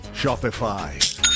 Shopify